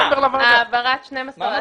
העברת 12 אחוזים,